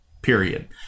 period